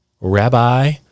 Rabbi